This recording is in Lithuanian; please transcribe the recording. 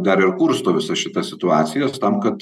dar ir kursto visas šitas situacijas tam kad